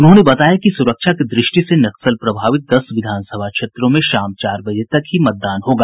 उन्होंने बताया कि सुरक्षा की दृष्टि से नक्सल प्रभावित दस विधानसभा क्षेत्रों में शाम चार बजे तक ही मतदान होगा